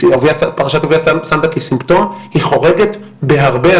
פרשת אהוביה סנדק היא סימפטום, היא חורגת בהרבה.